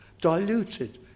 diluted